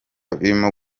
birimo